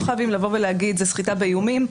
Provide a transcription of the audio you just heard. לא חייבים לבוא ולהגיד, זה סחיטה באיומים.